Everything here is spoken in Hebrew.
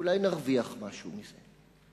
אולי נרוויח משהו מזה.